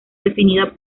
definida